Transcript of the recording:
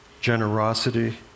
generosity